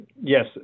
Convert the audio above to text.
Yes